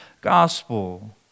gospel